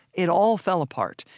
it all fell apart,